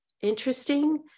interesting